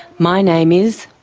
my name is.